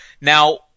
Now